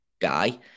guy